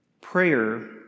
Prayer